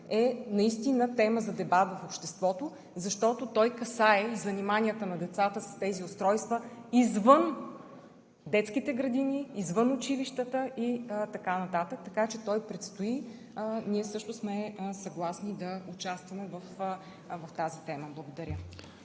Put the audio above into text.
е наистина тема за дебат в обществото, защото той касае и заниманията на децата с тези устройства извън детските градини, извън училищата и така нататък, така че той предстои. Ние също сме съгласни да участваме в тази тема. Благодаря.